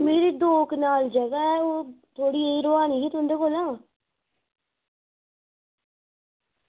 मेरी दौ कनाल जगह ऐ ओह् थोह्ड़ी जेही रोहानी ही थुआढ़े कोला